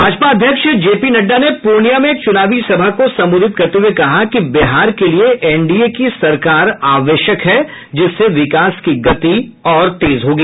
भाजपा अध्यक्ष जेपी नड्डा ने पूर्णियां में एक चुनावी सभा को संबोधित करते हुए कहा कि बिहार के लिये एनडीए की सरकार आवश्यक है जिससे विकास की गति और तेज होगी